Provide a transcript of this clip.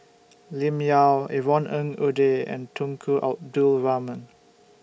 Lim Yau Yvonne Ng Uhde and Tunku Abdul Rahman